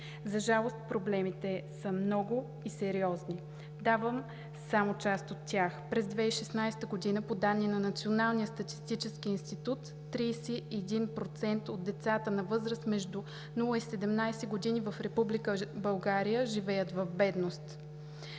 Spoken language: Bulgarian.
За жалост, проблемите са много и сериозни. Давам само част от тях. През 2016 г. по данни на Националния статистически институт 31% от децата на възраст между нула и седемнадесет години в Република България живеят в бедност.